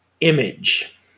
image